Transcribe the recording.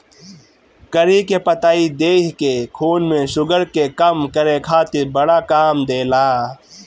करी के पतइ देहि के खून में शुगर के कम करे खातिर बड़ा काम देला